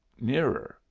nearer